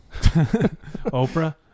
Oprah